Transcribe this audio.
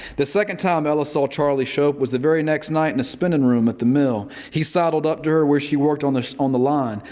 the second time ella saw charlie shope was the very next night in the spinning room at the mill. he sidled up to her where she worked on the on the line,